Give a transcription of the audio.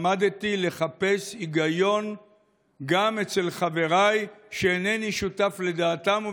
למדתי לחפש היגיון גם אצל חבריי שאינני שותף לדעתם,